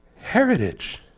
heritage